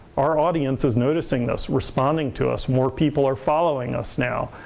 our audience is noticing us, responding to us. more people are following us now.